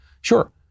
Sure